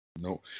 No